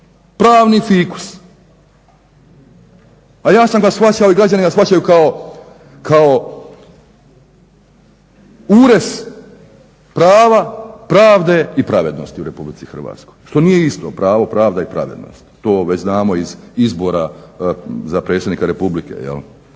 pravni fikus, a ja sam ga shvaćao i građani ga shvaćaju kao urez prava, pravde i pravednosti u Republici Hrvatskoj što nije isto pravo, pravda i pravednost. To već znamo iz izbora za predsjednika Republike.